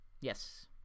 Yes